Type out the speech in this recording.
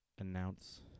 announce